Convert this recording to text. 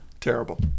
Terrible